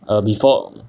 err before